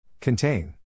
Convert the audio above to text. Contain